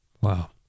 Wow